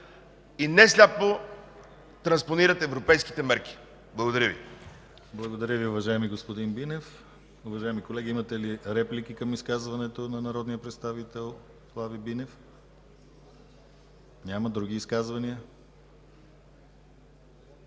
и не сляпо транспонират европейските мерки. Благодаря Ви.